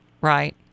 Right